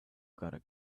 gotta